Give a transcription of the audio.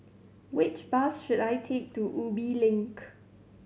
which bus should I take to Ubi Link